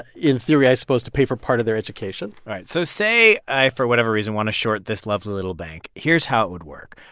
in theory, i suppose, to pay for part of their education all right. so say i, for whatever reason, want to short this lovely little bank. here's how it would work.